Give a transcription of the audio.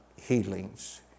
healings